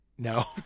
No